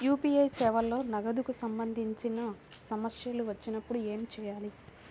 UPI సేవలలో నగదుకు సంబంధించిన సమస్యలు వచ్చినప్పుడు ఏమి చేయాలి?